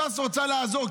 ש"ס רוצה לעזור,